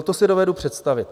To si dovedu představit.